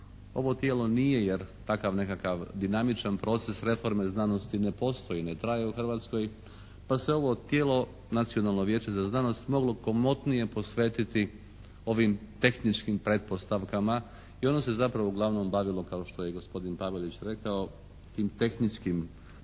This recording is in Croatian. ovo tijelo nije jer takav nekakav dinamičan proces reforme znanosti ne postoji, ne traje u Hrvatskoj pa se ovo tijelo, Nacionalno vijeće za znanost moglo komotnije posvetiti ovim tehničkim pretpostavkama i ono se zapravo uglavnom bavilo kao što je i gospodin Pavelić rekao tim tehničkim pretpostavkama